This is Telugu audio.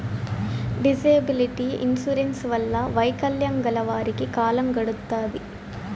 డిజేబిలిటీ ఇన్సూరెన్స్ వల్ల వైకల్యం గల వారికి కాలం గడుత్తాది